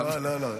לא.